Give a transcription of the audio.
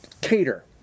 cater